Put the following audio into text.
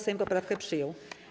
Sejm poprawkę przyjął.